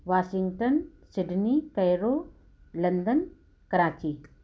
Washington Sydney Peru London Karachi